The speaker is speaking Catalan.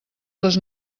les